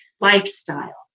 lifestyle